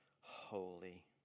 holy